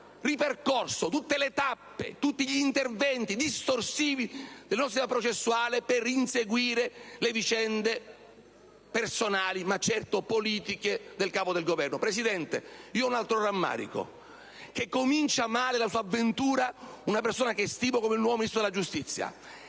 ripercorso tutte le tappe, tutti gli interventi distorsivi del nostro sistema processuale per inseguire le vicende personali, e certamente politiche, del Capo del Governo. Presidente, ho un altro rammarico. Comincia male la sua avventura una persona che stimo come il nuovo Ministro della giustizia.